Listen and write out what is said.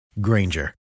Granger